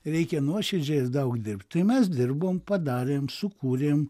reikia nuoširdžiai ir daug dirbt tai mes dirbom padarėm sukūrėm